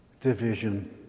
division